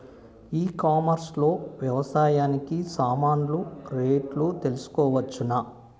ఈ కామర్స్ లో వ్యవసాయానికి సామాన్లు రేట్లు తెలుసుకోవచ్చునా?